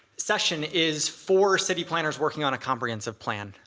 session is for city planners working on a comprehensive plan,